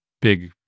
big